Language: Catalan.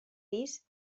pis